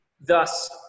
thus